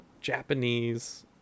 japanese